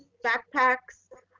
backpacks,